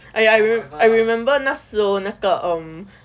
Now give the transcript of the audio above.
!aiya! I I rem~ remember 那时候那个 um